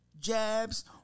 jabs